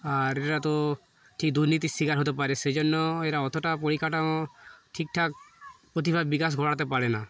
আর এরা তো ঠিক দুর্নীতির শিকার হতে পারে সেই জন্য এরা অতটা পরিকাঠামো ঠিকঠাক প্রতিভার বিকাশ ঘটাতে পারে না